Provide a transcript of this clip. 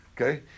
okay